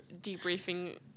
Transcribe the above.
debriefing